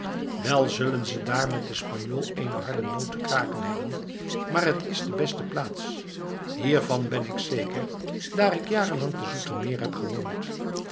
wel zullen ze daar met den spanjool eene harde noot te kraken hebben maar het is de beste plaats hiervan ben ik zeker daar ik jaren lang te zoetermeer heb gewoond